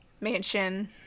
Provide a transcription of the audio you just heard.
mansion